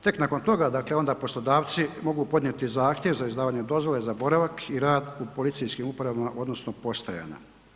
Tek nakon toga onda poslodavci mogu podnijeti zahtjev za izdavanje dozvola za boravak i rad u policijskim upravama odnosno postajama.